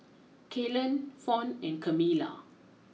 Kalen Fawn and Camilla